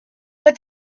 were